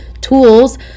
tools